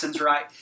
right